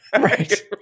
Right